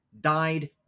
died